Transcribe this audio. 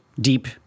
deep